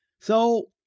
So-